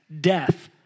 death